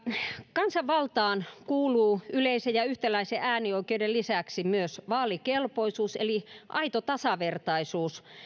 kansanvaltaan kuuluu yleisen ja yhtäläisen äänioikeuden lisäksi myös vaalikelpoisuus eli aito tasavertaisuus